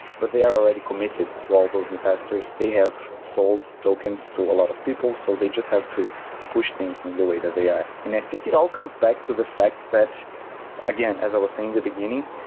but they are already committed to all those investors. they have sold tokens to a lot of people, so they just have to push things in the way that they are. and i think it all comes back to the fact that again, as i was saying the beginning,